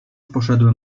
poszedłem